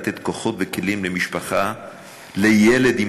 לתת כוחות וכלים למשפחה של ילד עם